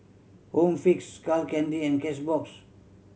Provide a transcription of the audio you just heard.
Home Fix Skull Candy and Cashbox